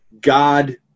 God